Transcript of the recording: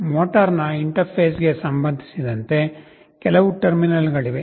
ಮೋಟರ್ನ interface ಗೆ ಸಂಬಂಧಿಸಿದಂತೆ ಕೆಲವು ಟರ್ಮಿನಲ್ ಗಳಿವೆ